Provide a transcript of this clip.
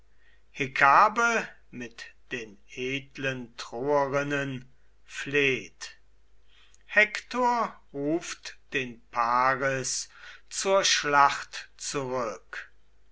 gastfreunde hekabe mit den edlen troerinnen fleht hektor ruft den paris zur schlacht zurück